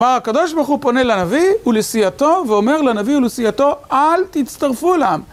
כלומר, הקדוש ברוך הוא פונה לנביא ולסיעתו ואומר לנביא ולסיעתו אל תצטרפו אל העם